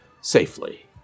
safely